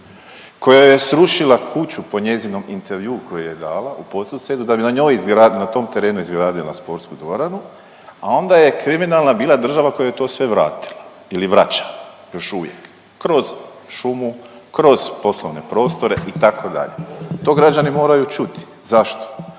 joj je srušila kuću po njezinom intervjuu koji je dala u Podsusedu da bi na njoj izgra…, na tom terenu izgradila sportsku dvoranu, a onda je kriminalna bila država koja joj je sve to vratila ili vraća još uvijek, kroz šumu, kroz poslovne prostore itd., to građani moraju čuti. Zašto?